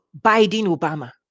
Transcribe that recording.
Biden-Obama